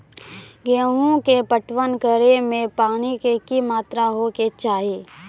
गेहूँ के पटवन करै मे पानी के कि मात्रा होय केचाही?